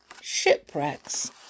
Shipwrecks